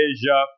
Asia